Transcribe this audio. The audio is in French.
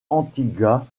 antigua